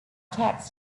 tax